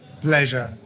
pleasure